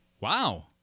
Wow